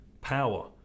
power